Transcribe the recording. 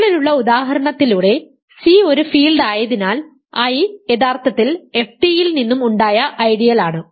മുകളിലുള്ള ഉദാഹരണത്തിലൂടെ സി ഒരു ഫീൽഡ് ആയതിനാൽ I യഥാർത്ഥത്തിൽ ft യിൽ നിന്നും ഉണ്ടായ ഐഡിയൽ ആണ്